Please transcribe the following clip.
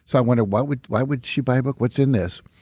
so i wondered why would why would she buy a book? what's in this?